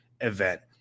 event